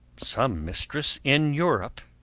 some mistress in europe.